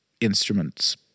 instruments